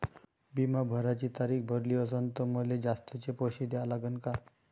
बिमा भराची तारीख भरली असनं त मले जास्तचे पैसे द्या लागन का?